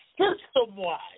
system-wide